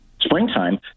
springtime